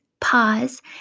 pause